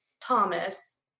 Thomas